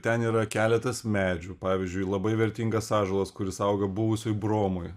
ten yra keletas medžių pavyzdžiui labai vertingas ąžuolas kuris auga buvusioj bromoj